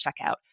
checkout